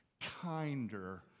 kinder